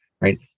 right